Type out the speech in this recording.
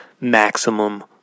maximum